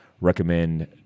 Recommend